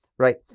Right